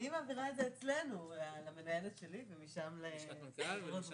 אני מעבירה את זה למנהלת שלי ומשם הלאה.